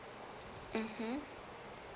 mmhmm